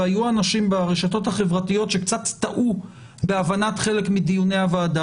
והיו אנשים ברשתות החברתיות שקצת טעו בהבנת חלק מדיוני הוועדה,